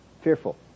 fearful